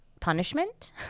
Punishment